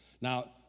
Now